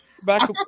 Back